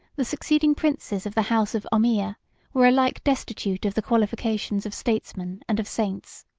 the succeeding princes of the house of ommiyah were alike destitute of the qualifications of statesmen and of saints.